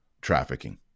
trafficking